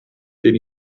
den